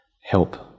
help